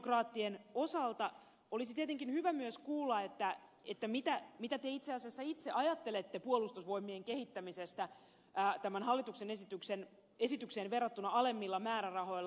sosialidemokraattien osalta olisi tietenkin hyvä myös kuulla mitä te itse asiassa itse ajattelette puolustusvoimien kehittämisestä tähän hallituksen esitykseen verrattuna alemmilla määrärahoilla